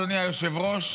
אדוני היושב-ראש,